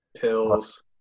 Pills